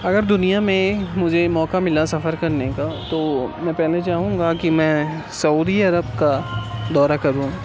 اگر دنیا میں مجھے موقع ملا سفر کرنے کا تو میں پہلے چاہوں گا کہ میں سعودی عرب کا دورہ کروں